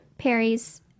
Perry's